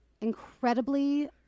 incredibly